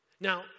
Now